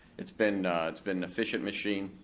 it's been it's been an efficient machine.